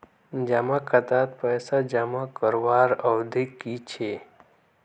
जमा खातात पैसा जमा करवार अवधि की छे?